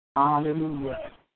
Hallelujah